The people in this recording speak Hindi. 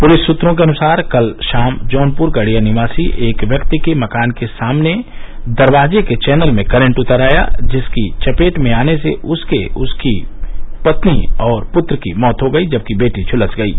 पुलिस सूत्रों के अनुसार कल शाम जौनपुर गडिया निवासी एक व्यक्ति के मकान के दरवाजे के चैनल में करेंट उतर आया जिसकी चपेट में आने से उसकी पत्नी और पुत्र की मौत हो गयी जबकि बेटी झुलस गयी